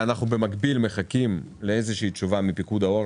במקביל, אנחנו מחכים לתשובה מפיקוד העורף.